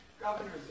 Governors